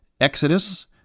Exodus